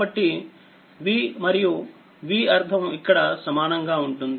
కాబట్టి Vమరియు Vఅర్థం ఇక్కడ సమానంగా ఉంటుంది